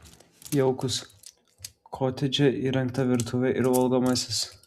jaukus kotedže įrengta virtuvė ir valgomasis